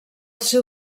seu